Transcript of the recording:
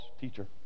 teacher